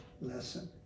lesson